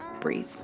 Breathe